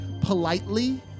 politely